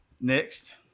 Next